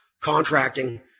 contracting